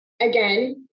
again